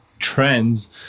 trends